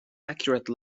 accurate